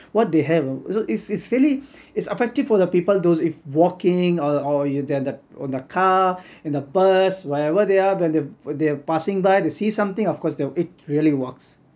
what they have is is really is effective for the people those if walking or you there the or the car in the bus whatever they are then they are passing by they see something of course there it really works